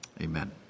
Amen